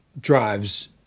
drives